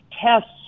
tests